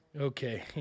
Okay